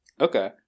Okay